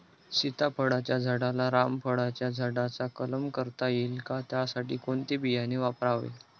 सीताफळाच्या झाडाला रामफळाच्या झाडाचा कलम करता येईल का, त्यासाठी कोणते बियाणे वापरावे?